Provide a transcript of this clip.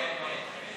כן.